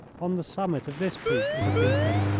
on the summit of this peak is a beacon,